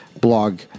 blog